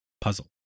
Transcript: puzzle